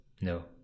no